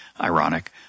Ironic